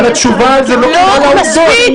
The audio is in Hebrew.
אבל התשובה לא קשורה לעובדות.